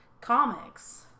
comics